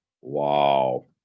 Wow